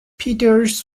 peters